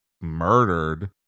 murdered